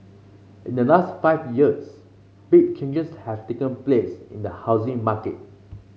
in the last five years big changes have taken place in the housing market